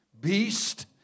beast